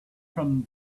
from